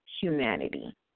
humanity